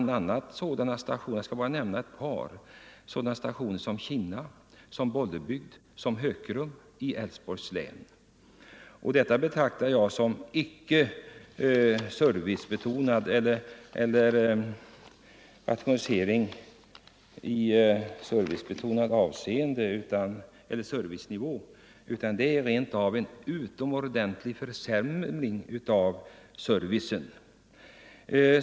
Det gäller bl.a. stationerna Kinna, Bollebygd och Hökerum i Älvsborgs län. Detta betraktar jag inte som en rationalisering på rimlig servicenivå. Det är en utomordentlig försämring av servicen.